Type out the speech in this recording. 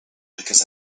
because